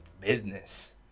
business